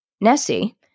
Nessie